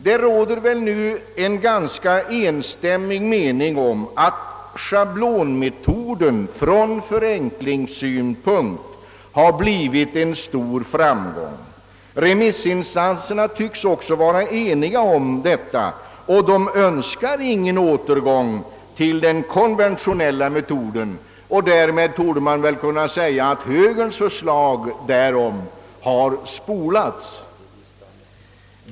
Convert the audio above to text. Det råder väl nu ganska allmän uppfattning om att metoden från förenklingssynpunkt har blivit en stor framgång. Remissinstanserna tycks vara eniga om det. De önskar ingen återgång till den konventionella metoden. Man kan väl säga att högerns förslag i det avseendet därmed har spolats.